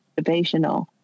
motivational